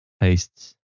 tastes